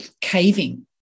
caving